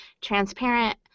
transparent